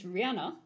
Rihanna